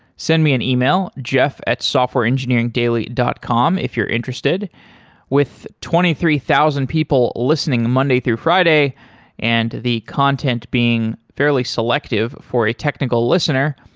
send me an e-mail jeff at softwareengineeringdaily dot com if you're interested with twenty three thousand people listening monday through friday and the content being fairly selective for a technical listener,